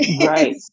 Right